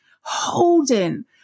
holding